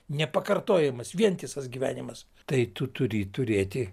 nepakartojamas vientisas gyvenimas tai tu turi turėti